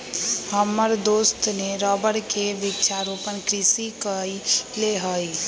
हमर दोस्त ने रबर के वृक्षारोपण कृषि कईले हई